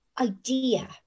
idea